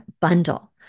bundle